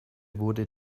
wurde